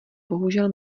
bohužel